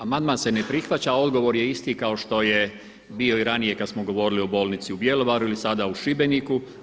Amandman se ne prihvaća, a odgovor je isti kao što je bio i ranije kada smo govorili o Bolnici u Bjelovaru ili sada u Šibeniku.